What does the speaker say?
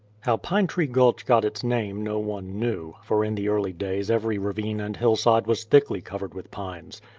how pine tree gulch got its name no one knew, for in the early days every ravine and hillside was thickly covered with pines.